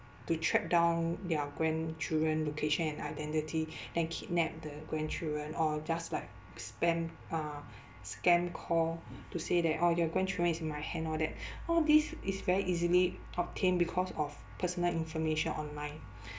to track down their grandchildren location and identity then kidnap the grandchildren or just like spam uh scam call to say that oh your grandchildren is in my hand all that all this is very easily obtained because of personal information online